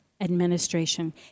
administration